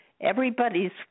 everybody's